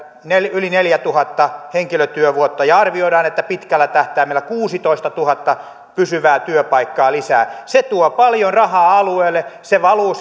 yli neljätuhatta henkilötyövuotta ja arvioidaan että pitkällä tähtäimellä kuusitoistatuhatta pysyvää työpaikkaa lisää se tuo paljon rahaa alueelle se valuu